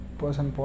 person